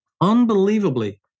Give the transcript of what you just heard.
Unbelievably